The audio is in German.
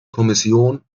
kommission